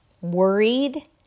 worried